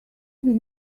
will